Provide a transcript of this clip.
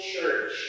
church